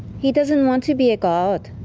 he doesn't want to be a god.